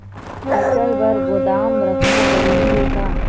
फसल बर गोदाम रखना जरूरी हे का?